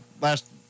last